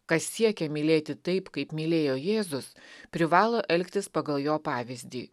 kas siekia mylėti taip kaip mylėjo jėzus privalo elgtis pagal jo pavyzdį